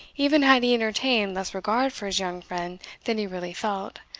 even had he entertained less regard for his young friend than he really felt,